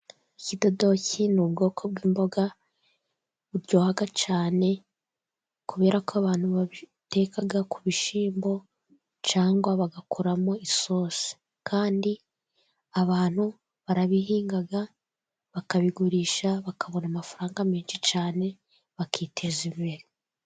Ikidodoki ni ubwoko bw'imboga buryoha cyane, kuberako abantu babiteka ku bishyimbo cyangwa bagakoramo isosi, kandi abantu barabihinga bakabigurisha bakabona amafaranga menshi cyane, bakiteza imbere.